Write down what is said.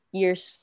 years